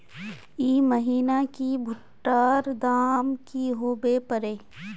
ई महीना की भुट्टा र दाम की होबे परे?